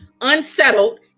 unsettled